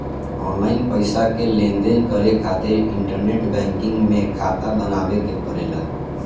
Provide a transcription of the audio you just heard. online पईसा के लेनदेन करे खातिर इंटरनेट बैंकिंग में खाता बनावे के पड़ेला